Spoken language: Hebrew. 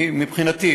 מבחינתי,